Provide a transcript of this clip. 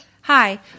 hi